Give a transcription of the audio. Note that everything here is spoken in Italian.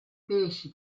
pesci